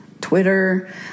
Twitter